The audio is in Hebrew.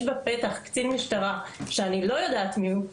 בפתח קצין משטרה שאני לא יודעת מי הוא,